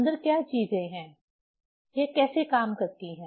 अंदर क्या चीजें हैं यह कैसे काम करती है